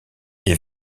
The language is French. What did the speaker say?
est